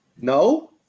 no